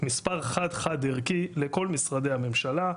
מספר חד-חד ערכי לכל משרדי הממשלה,